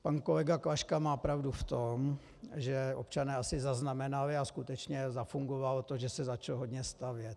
Pan kolega Klaška má pravdu v tom, že občané asi zaznamenali, a skutečně zafungovalo, že se začalo hodně stavět.